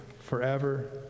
forever